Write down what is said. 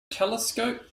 telescope